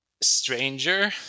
stranger